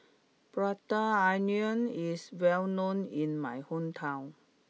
Prata Onion is well known in my hometown